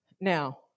Now